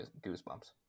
goosebumps